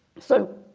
so